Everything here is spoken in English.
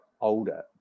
older